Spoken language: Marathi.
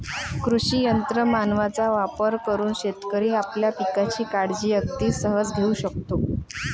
कृषी यंत्र मानवांचा वापर करून शेतकरी आपल्या पिकांची काळजी अगदी सहज घेऊ शकतो